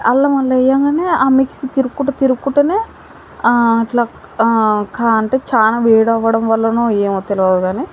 అల్లం అండ్ల వేయగానే ఆ మిక్సీ తిరుగుకుంటూ తిరుగుకుంటూనే అట్ల కా అంటే చాలా వేడి అవ్వడం వల్లనో ఏమో తెలియదు కానీ